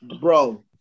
bro